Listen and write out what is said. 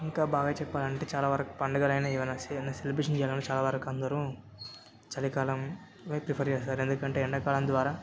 ఇంకా బాగా చెప్పాలంటే చాలా వరకు పండగలుయిన ఏదైనా ఏదైనా సెలబ్రేషన్ చేయాలన్నా చాలావరకందరూ చలికాలమే ప్రిఫర్ చేస్తారు ఎందుకంటే ఎండాకాలం ద్వారా